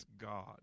God